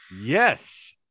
Yes